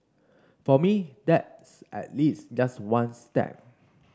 for me that's at least just one step